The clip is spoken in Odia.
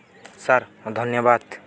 ସାର୍ ଧନ୍ୟବାଦ୍